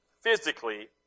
physically